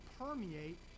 permeate